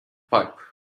pipe